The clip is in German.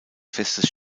festes